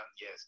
yes